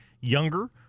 Younger